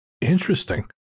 Interesting